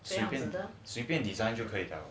选择随便 design 就可以了